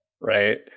Right